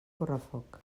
correfoc